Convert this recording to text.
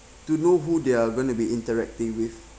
to know who they are going to be interacting with